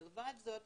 מלבד זאת,